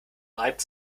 reibt